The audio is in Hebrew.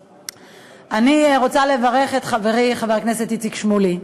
אני רוצה לברך את חברי חבר הכנסת איציק שמולי.